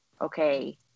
okay